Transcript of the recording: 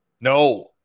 No